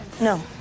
No